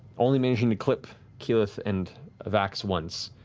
only managed and to clip keyleth and vax once.